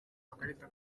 amakarita